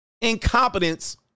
Incompetence